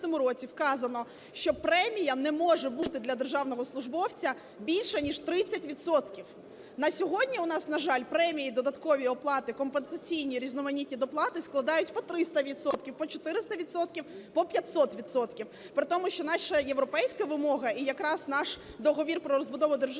вказано, що премія не може бути для державного службовця більше ніж 30 відсотків. На сьогодні у нас, на жаль, премії, додаткові оплати компенсаційні і різноманітні доплати складають по 300 відсотків, по 400 відсотків, по 500 відсотків. При тому, що наша європейська вимога і якраз наш договір про розбудову держави,